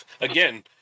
again